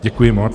Děkuji moc.